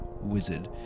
wizard